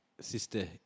sister